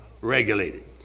regulated